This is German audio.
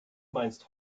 meinst